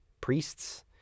priests